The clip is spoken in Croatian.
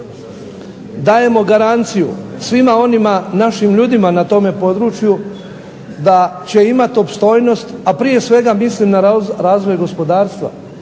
dajemo garanciju svim onim našim ljudima na tom području da će imati opstojnost, a prije svega mislim na razvoj gospodarstva.